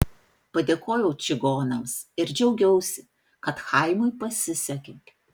padėkojau čigonams ir džiaugiausi kad chaimui pasisekė